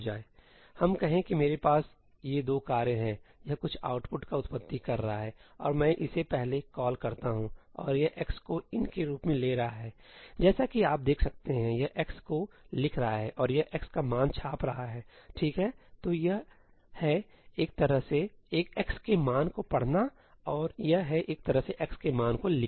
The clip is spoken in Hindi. हम कहें कि मेरे पास ये 2 कार्य हैंयह कुछ आउटपुट का उत्पत्ति कर रहा है और मैं इसे पहले कॉल करता हूं और यह x को in' के रूप में ले रहा है जैसा कि आप देख सकते हैं कि यह x को लिख रहा है और यह x का मान छाप रहा हैठीक हैतो यह है एक तरह से x के मान को पढ़ना और यह है एक तरह से x के मान को लिखना